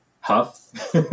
huff